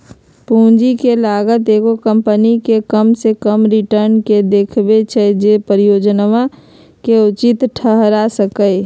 पूंजी के लागत एगो कंपनी के कम से कम रिटर्न के देखबै छै जे परिजोजना के उचित ठहरा सकइ